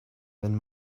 wenn